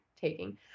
taking